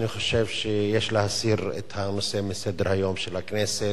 אני חושב שיש להסיר את הנושא מסדר-היום של הכנסת.